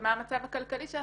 ומה המצב הכלכלי שלך,